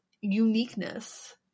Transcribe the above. uniqueness